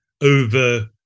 over